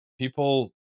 people